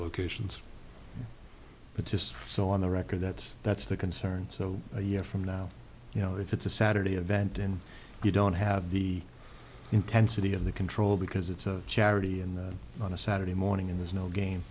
locations but just so on the record that's that's the concern so a year from now you know if it's a saturday event then you don't have the intensity and the control because it's a charity and on a saturday morning and there's no game